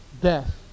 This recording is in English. death